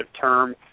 term